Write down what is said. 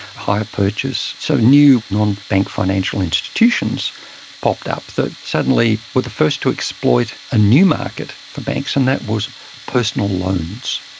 hire purchase, so new non-bank financial institutions popped up that suddenly were the first to exploit a new market for banks and that was personal loans,